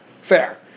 fair